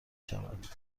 شود